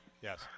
Yes